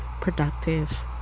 productive